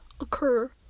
occur